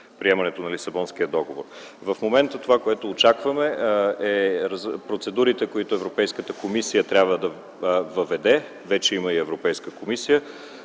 приемането на Лисабонския договор. В момента онова, което очакваме, са процедурите, които Европейската комисия трябва да въведе за финансиране на тази